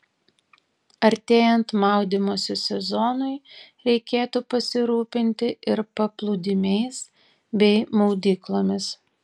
artėjant maudymosi sezonui reikėtų pasirūpinti ir paplūdimiais bei maudyklomis